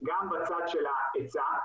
גם בצד של ההיצע,